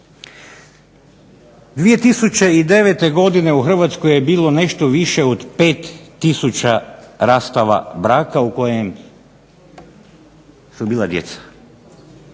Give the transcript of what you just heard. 2009. godine u Hrvatskoj je bilo nešto više od 5 tisuća rastava braka, u kojem su bila djeca.